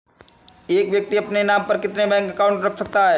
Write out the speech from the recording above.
एक व्यक्ति अपने नाम पर कितने बैंक अकाउंट रख सकता है?